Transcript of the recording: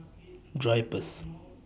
Drypers